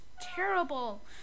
terrible